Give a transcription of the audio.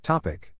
Topic